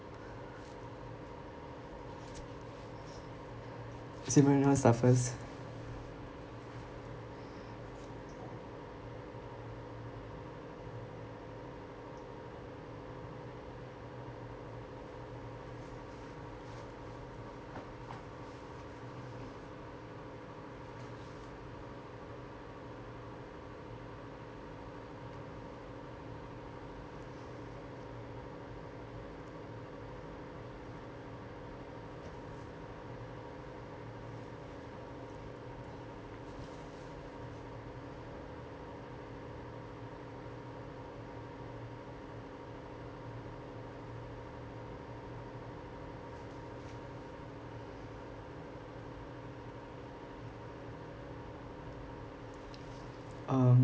simeon you want to start first mm